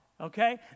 okay